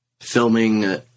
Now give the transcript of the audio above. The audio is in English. filming